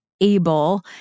able